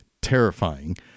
terrifying